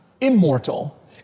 immortal